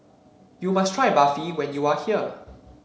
you must try Barfi when you are here